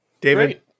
David